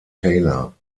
taylor